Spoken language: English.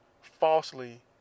falsely